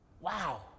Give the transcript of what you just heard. Wow